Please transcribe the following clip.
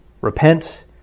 repent